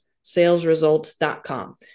salesresults.com